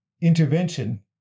intervention